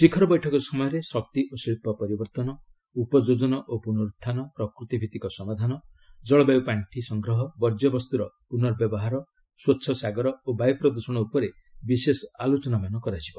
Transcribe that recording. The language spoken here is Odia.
ଶିଖର ବୈଠକ ସମୟରେ ଶକ୍ତି ଓ ଶିଳ୍ପ ପରିବର୍ତ୍ତନ ଉପଯୋଜନ ଓ ପ୍ରନର୍ହ୍ରାନପ୍ରକୃତି ଭିତ୍ତିକ ସମାଧାନ ଜଳବାୟ ପାଣ୍ଡି ସଂଗ୍ରହବର୍ଜ୍ୟବସ୍ତୁର ପୁର୍ନବ୍ୟବହାର ସ୍ୱଚ୍ଛ ସାଗର ଓ ବାୟୁ ପ୍ରଦୂଷଣ ଉପରେ ବିଶେଷ ଆଲୋଚନାମାନ ହେବ